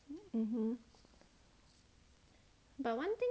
um hmm but one thing